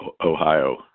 Ohio